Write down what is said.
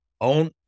own